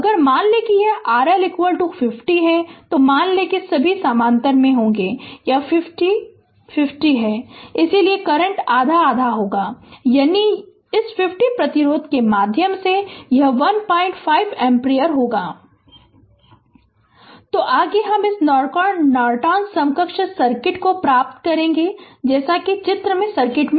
अगर मान लें कि यह R L 50 है तो मान लें कि सभी समानांतर में हैं और यह 50 50 है इसलिए करंट आधा आधा होगा यानी इस 50 प्रतिरोध के माध्यम से यह 15 एम्पीयर होगा Refer Slide Time 1743 तो आगे हम एक नॉर्टन समकक्ष सर्किट को प्राप्त करेगे चित्र में दिए गए सर्किट से